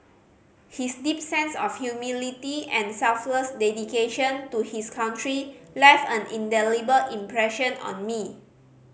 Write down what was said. his deep sense of humility and selfless dedication to his country left an indelible impression on me